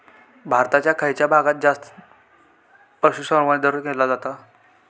भारताच्या खयच्या भागात जास्त पशुसंवर्धन केला जाता?